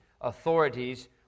authorities